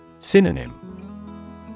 Synonym